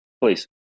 Please